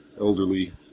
elderly